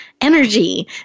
energy